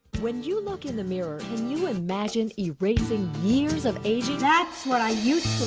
when you look in the mirror, can you imagine erasing years of aging that's what i used to